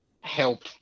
help